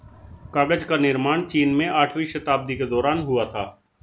कागज का निर्माण चीन में आठवीं शताब्दी के दौरान हुआ था